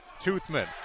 Toothman